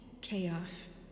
chaos